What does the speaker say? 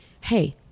hey